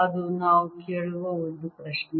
ಅದು ನಾವು ಕೇಳುವ ಒಂದು ಪ್ರಶ್ನೆ